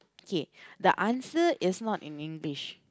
okay the answer is not in English